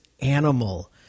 animal